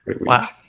wow